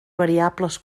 variables